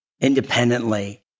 independently